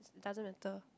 doesn't matter